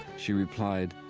she replied,